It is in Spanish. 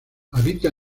habita